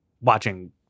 watching